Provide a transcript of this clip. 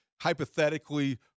hypothetically